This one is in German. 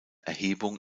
erhebung